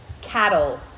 cattle